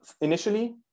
initially